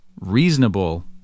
reasonable